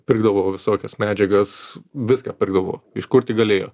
pirkdavo visokias medžiagas viską pirkdavo iš kur tik galėjo